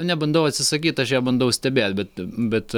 nebandau atsisakyt aš ją bandau stebėt bet bet